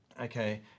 Okay